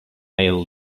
male